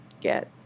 get